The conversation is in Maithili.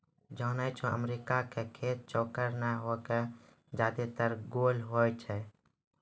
जानै छौ अमेरिका के खेत चौकोर नाय होय कॅ ज्यादातर गोल होय छै